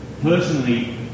Personally